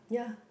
ya